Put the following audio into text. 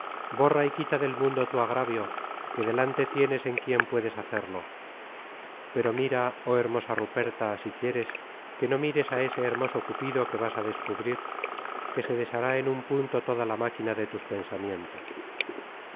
borra y quita del mundo tu agravio que delante tienes en quien puedes hacerlo pero mira oh hermosa ruperta si quieres que no mires a ese hermoso cu content from google book search generated at pido que vas á descubrir que se deshará en un punto toda la máquina de tus pensamientos